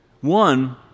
One